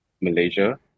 Malaysia